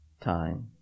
time